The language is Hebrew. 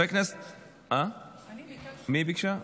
מי ביקשה?